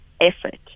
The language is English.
effort